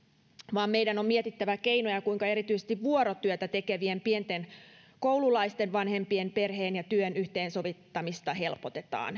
vaan meidän on mietittävä keinoja kuinka erityisesti vuorotyötä tekevien pienten koululaisten vanhempien perheen ja työn yhteensovittamista helpotetaan